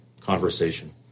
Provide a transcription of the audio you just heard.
conversation